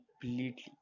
completely